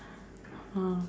ah